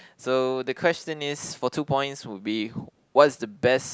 so the question is for two points would be what is the best